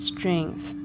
Strength